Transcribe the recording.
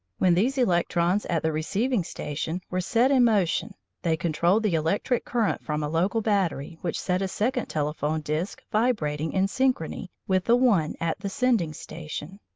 when these electrons at the receiving station were set in motion they controlled the electric current from a local battery which set a second telephone disc vibrating in synchrony with the one at the sending station.